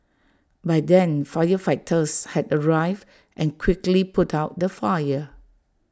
by then firefighters had arrived and quickly put out the fire